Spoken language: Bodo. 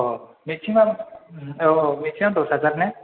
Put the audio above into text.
मेक्सिमाम औ औ मेक्सिमाम दस हाजार ने